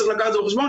צריך לקחת בחשבון.